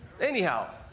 Anyhow